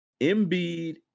Embiid